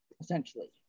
essentially